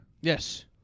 yes